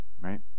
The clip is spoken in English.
right